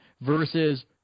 versus